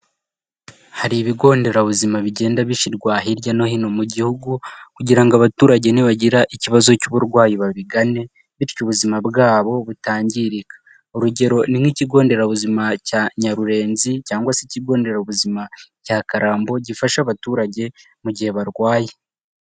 Hari ibigo nderabuzima bigenda bishyirwa hirya no hino mu gihugu kugira ngo abaturage nibagira ikibazo cy'uburwayi babigane bityo ubuzima bwabo butangirika. Urugero ni nk'ikigo nderabuzima cya Nyarurenzi cyangwa se ikigo nderabuzima cya Karambo gifasha abaturage mu gihe barwaye.